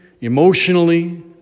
emotionally